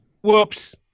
Whoops